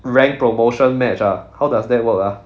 rank promotion match ah how does that work ah